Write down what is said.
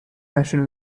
machine